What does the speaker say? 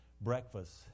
breakfast